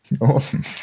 awesome